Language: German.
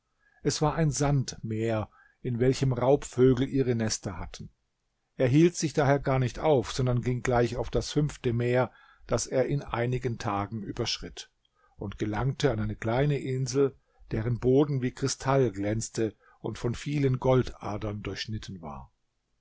es war ein sandmeer in welchem raubvögel ihre nester hatten er hielt sich daher gar nicht auf sondern ging gleich auf das fünfte meer das er in einigen tagen überschritt und gelangte an eine kleine insel deren boden wie kristall glänzte und von vielen goldadern durchschnitten war